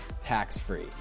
tax-free